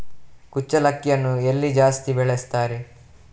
ಕುಚ್ಚಲಕ್ಕಿಯನ್ನು ಎಲ್ಲಿ ಜಾಸ್ತಿ ಬೆಳೆಸ್ತಾರೆ?